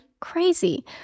crazy